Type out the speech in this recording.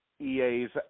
EA's